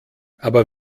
aber